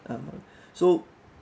um so